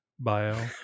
bio